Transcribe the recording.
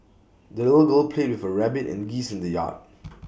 the little girl played with her rabbit and geese in the yard